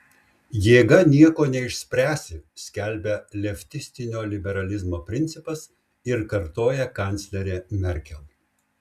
jėga nieko neišspręsi skelbia leftistinio liberalizmo principas ir kartoja kanclerė merkel